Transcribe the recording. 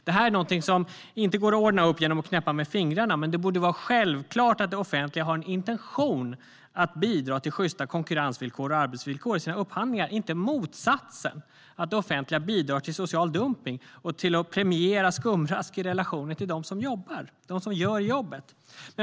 Detta går inte att ordna upp genom att knäppa med fingrarna, men det borde vara självklart att det offentliga har en intention att bidra till sjysta konkurrensvillkor och arbetsvillkor i sina upphandlingar, inte motsatsen - att det offentliga bidrar till social dumpning och till att premiera skumrask i relationen till dem som gör jobbet.